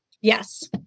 Yes